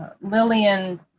Lillian